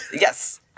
Yes